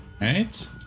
Right